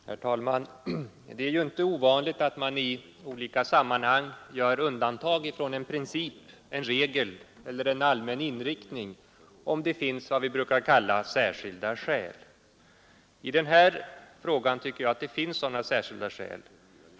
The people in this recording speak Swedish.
Herr talman! Det är ju inte ovanligt att vi i olika sammanhang gör undantag från en princip, en regel eller en allmän inriktning, om det finns vad vi brukar kalla särskilda skäl härför. Och i denna fråga tycker jag att det finns sådana särskilda skäl.